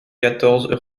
quatorze